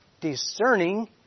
Discerning